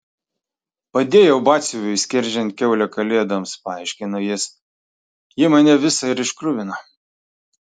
padėjau batsiuviui skerdžiant kiaulę kalėdoms paaiškino jis ji mane visą ir iškruvino